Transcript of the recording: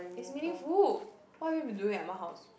is meaningful what have you been doing at Ah-Ma house